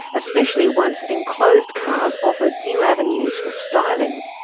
especially once enclosed cars offered new avenues for styling.